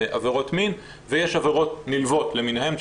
עבירות מין ויש עבירות נלוות למיניהן,